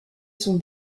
son